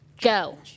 go